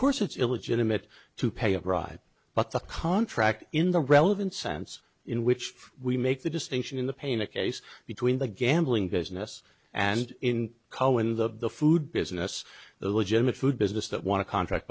course it's illegitimate to pay a bribe but the contract in the relevant sense in which we make the distinction in the painted case between the gambling business and in cohen the food business the legitimate food business that want to contract